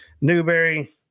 Newberry